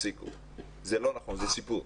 זה סיפור.